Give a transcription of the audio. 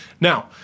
Now